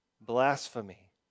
blasphemy